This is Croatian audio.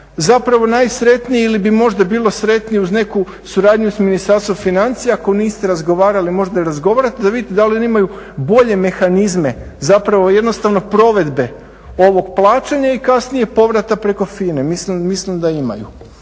zapravo najsretniji ili bi možda bilo sretnije uz neku suradnju sa Ministarstvom financija. Ako niste razgovarali ili možda razgovarate da vidite da li oni imaju bolje mehanizme, zapravo jednostavno provedbe ovog plaćanja i kasnije povrata preko FINA-e. Mislim da imaju.